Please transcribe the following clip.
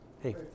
Hey